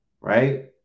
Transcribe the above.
right